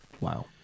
Wow